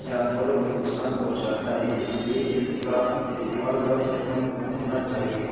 جانوروں کو نقصان پہنچاتا ہے اس لیے اس کا استعمال کم سے کم ہونا چاہیے